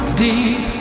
deep